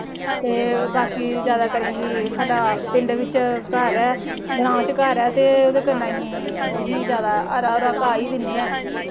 ते बाकी जादैतर अहीं साढ़ा पिंड बिच घर ऐ ग्रांऽ च घर ऐ ते ओह्दे कन्नै अहीं ओही हरा हरा घाऽ ई दि'न्ने आं